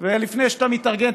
ולפני שאתה מתארגן,